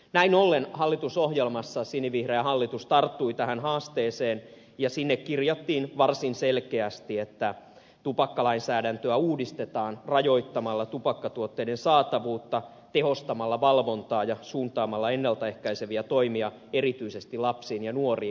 näin ollen hallitusohjelmassa sinivihreä hallitus tarttui tähän haasteeseen ja sinne kirjattiin varsin selkeästi että tupakkalainsäädäntöä uudistetaan rajoittamalla tupakkatuotteiden saatavuutta tehostamalla valvontaa ja suuntaamalla ennalta ehkäiseviä toimia erityisesti lapsiin ja nuoriin